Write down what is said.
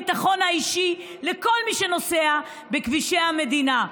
הביטחון האישי לכל מי שנוסע בכבישי המדינה,